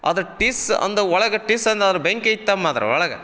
ಅದು ಟಿಸ್ ಅಂದ ಒಳಗೆ ಟಿಸ್ ಅಂದ ಅದ್ರಾಗ ಬೆಂಕಿ ಇತ್ತಂಬದ್ರು ಒಳಗ